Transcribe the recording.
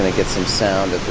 ah get some sound of